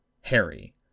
Harry